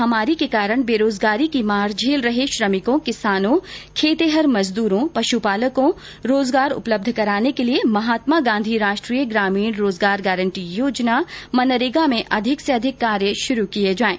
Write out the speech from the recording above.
मुख्यमंत्री ने निर्देश दिए कि इस महामारी के कारण बेरोजगारी की मार झेल रहे श्रमिकों किसानों खेतिहर मजदूरों पशुपालकों को रोजगार उपलब्ध कराने के लिए महात्मा गांधी राष्ट्रीय ग्रामीण रोजगार गारंटी योजना मनरेगा में अधिक से अधिक कार्य शुरू किए जाएं